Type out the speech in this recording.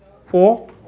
Four